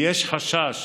ויש חשש